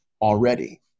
already